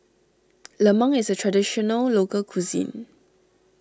Lemang is a Traditional Local Cuisine